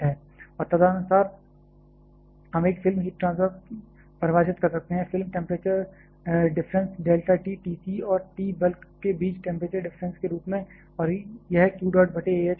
और तदनुसार हम एक फिल्म हीट ट्रांसफर परिभाषित कर सकते हैं film temperature difference delta T T c और T बल्क के बीच टेंपरेचर डिफरेंस के रूप में और यह q डॉट बटे A h पाया जाता है